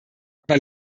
aber